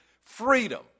freedom